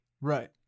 Right